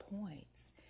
points